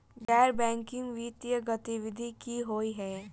गैर बैंकिंग वित्तीय गतिविधि की होइ है?